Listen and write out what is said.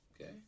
Okay